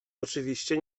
oczywiście